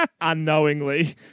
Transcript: unknowingly